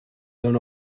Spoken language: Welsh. mewn